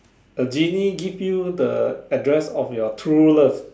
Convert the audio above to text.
the genie give you the address of your true love